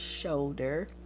shoulder